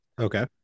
okay